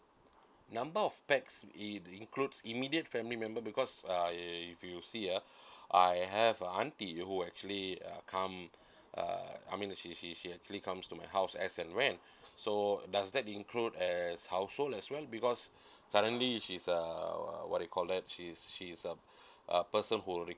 number of pax it includes immediate family member because uh if you see uh I have a aunty who actually uh come uh I mean she she she actually comes to my house as an rent so does that include as household as well because currently she's uh what we call that she's she's uh a person who